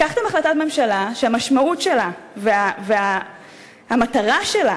לקחתם החלטת ממשלה שהמשמעות שלה והמטרה שלה